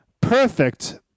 perfect